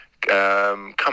come